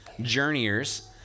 journeyers